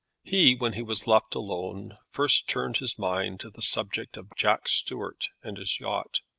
he, when he was left alone, first turned his mind to the subject of jack stuart and his yacht.